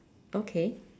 okay